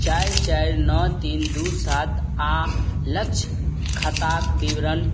चारि चारि नओ तीन दुइ सात आओर लक्ष्य खाताके विवरण